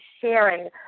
sharing